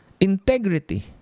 integrity